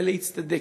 בלהצטדק,